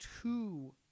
two